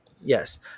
Yes